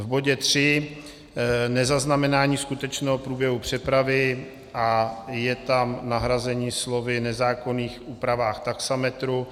V bodě tři nezaznamenání skutečného průběhu přepravy a je tam nahrazení slovy nezákonných úpravách taxametru.